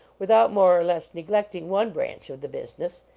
without more or less neglecting one branch of the business.